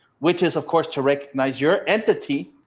which is of course to recognize your entity,